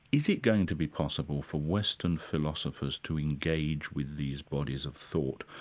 is it going to be possible for western philosophers to engage with these bodies of thought,